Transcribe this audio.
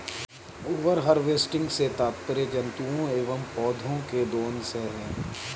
over harvesting से तात्पर्य जंतुओं एंव पौधौं के दोहन से है